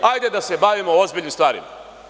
Hajde da se bavimo ozbiljnim stvarima.